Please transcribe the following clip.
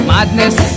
Madness